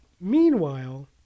meanwhile